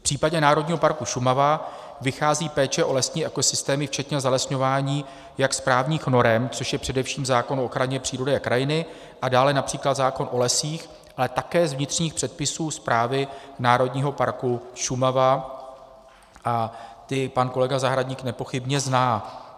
V případě Národního parku Šumava vychází péče o lesní ekosystémy včetně zalesňování jak z právních norem, což je především zákon o ochraně přírody a krajiny a dále například zákon o lesích, ale také z vnitřních předpisů Správy Národního parku Šumava, a ty pan kolega Zahradník nepochybně zná.